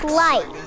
light